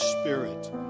Spirit